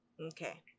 Okay